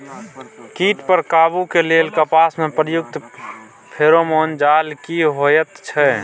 कीट पर काबू के लेल कपास में प्रयुक्त फेरोमोन जाल की होयत छै?